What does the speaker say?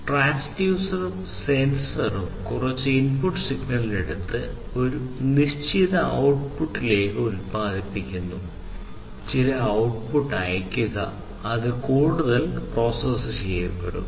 ട്രാൻസ്ഡ്യൂസറും സെൻസറും കുറച്ച് input signal എടുത്ത് ഒരു നിശ്ചിത ഔട്ട്പുട്ട് ഉത്പാദിപ്പിക്കുന്നു ചില ഔട്ട്പുട്ട് അയയ്ക്കുക അത് കൂടുതൽ പ്രോസസ് ചെയ്യപ്പെടും